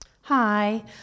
Hi